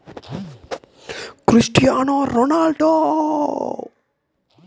ಚಿಟ್ಟೆಗಳಿಂದ ಭತ್ತದ ತೆನೆಗಳನ್ನು ಹೇಗೆ ರಕ್ಷಣೆ ಮಾಡುತ್ತಾರೆ ಮತ್ತು ಮಲ್ಲಿಗೆ ತೋಟಕ್ಕೆ ಎಷ್ಟು ಸಲ ಔಷಧಿ ಹಾಕಬೇಕು?